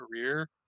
career